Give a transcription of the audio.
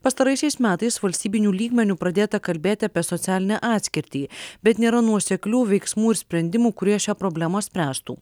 pastaraisiais metais valstybiniu lygmeniu pradėta kalbėti apie socialinę atskirtį bet nėra nuoseklių veiksmų ir sprendimų kurie šią problemą spręstų